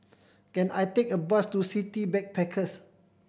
can I take a bus to City Backpackers